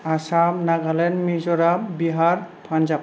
Assam Nagaland Mizoram Bihar Punjab